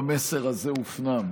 אם המסר הזה הופנם.